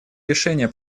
решения